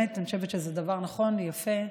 אני חושבת שזה דבר נכון ויפה.